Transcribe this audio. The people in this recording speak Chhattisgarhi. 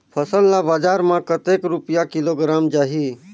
फसल ला बजार मां कतेक रुपिया किलोग्राम जाही?